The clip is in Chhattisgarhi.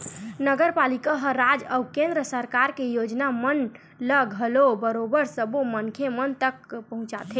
नगरपालिका ह राज अउ केंद्र सरकार के योजना मन ल घलो बरोबर सब्बो मनखे मन तक पहुंचाथे